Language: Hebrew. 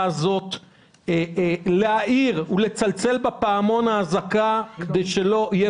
הזאת להעיר ולצלצל בפעמון האזעקה כדי שלא יהיה